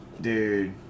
Dude